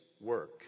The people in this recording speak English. work